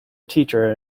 teacher